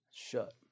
Shut